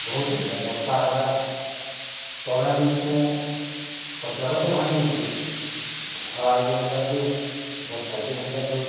ବହୁତ ଅସୁବିଧା ବର୍ଷା ହେଲା ତଳେ ବି ସୁଁ ଖଟ ଗୁଡ଼ାକ ସବୁ ଭାଙ୍ଗି ନେଇଥିଲେ ଖରାରେ ବି ହେନ୍ତା ଦୁଃଖ୍ ବର୍ଷା ରେ ବି ହେନ୍ତା ଦୁଃଖ୍